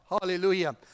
Hallelujah